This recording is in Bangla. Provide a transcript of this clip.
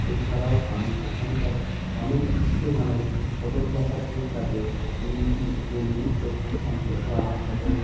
এছাড়াও আমি সেখানকার অনেক উচ্চমানের ফোটোগ্রাফারদের সাথে মিশি বন্ধুত্ব সম্পর্ক আমার সাথে